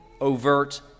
overt